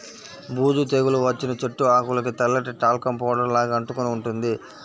బూజు తెగులు వచ్చిన చెట్టు ఆకులకు తెల్లటి టాల్కమ్ పౌడర్ లాగా అంటుకొని ఉంటుంది